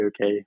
okay